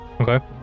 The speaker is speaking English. Okay